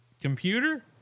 Computer